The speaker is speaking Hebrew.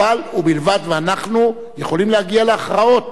אבל ובלבד ואנחנו יכולים להגיע להכרעות.